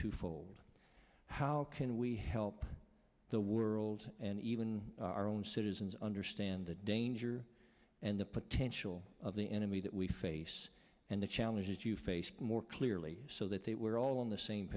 twofold how can we help the world and even our own citizens understand the danger and the potential of the enemy that we face and the challenges you faced more clearly so that they were all on the same